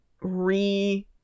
re